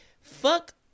fuck